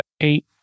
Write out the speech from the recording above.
eight